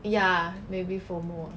ya maybe FOMO